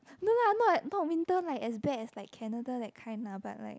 no no I'm not not winter like as bad as like Canada that kind lah but like